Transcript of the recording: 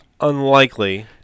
unlikely